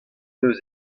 eus